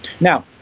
Now